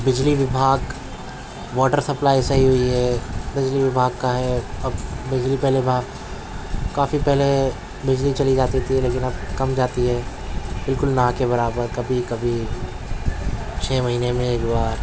بجلی وبھاگ water supply صحیح ہوئی ہے بجلی وبھاگ کا ہے اور بجلی پہلی بھاگ کافی پہلے بجلی چلی جاتی تھی لیکن اب کم جاتی ہے بالکل نہ کے برابر کبھی کبھی چھ مہینے میں ایک بار